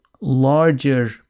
larger